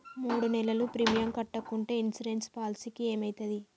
మూడు నెలలు ప్రీమియం కట్టకుంటే ఇన్సూరెన్స్ పాలసీకి ఏమైతది?